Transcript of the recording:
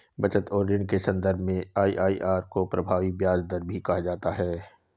बचत और ऋण के सन्दर्भ में आई.आई.आर को प्रभावी ब्याज दर भी कहा जाता है